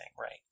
right